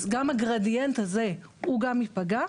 אז גם הגרדיאנט הזה הוא גם ייפגע,